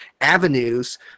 avenues